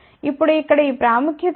ఇప్పుడు ఇక్కడ ఈ ప్రాముఖ్యత ఏమిటి